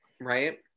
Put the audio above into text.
right